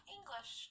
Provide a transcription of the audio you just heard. English